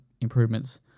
improvements